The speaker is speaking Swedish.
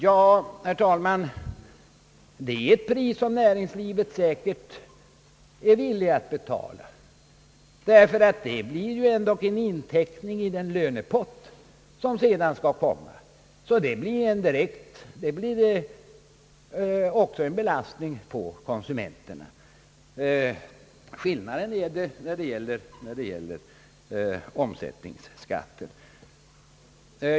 Ja, herr talman, det är ett pris som näringslivet säkert är villigt att betala, ty det blir ju ändå en inteckning i den lönepott som sedan skall förhandlas om. Mervärdeskatten blir därför en total övervältring på konsumenterna. Detta är skillnaden när det gäller omsättningsskatten.